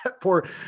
poor